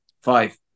five